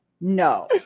No